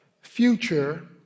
future